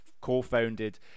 co-founded